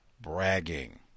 bragging